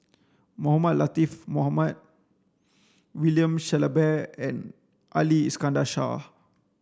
Mohamed Latiff Mohamed William Shellabear and Ali Iskandar Shah